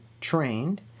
trained